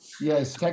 Yes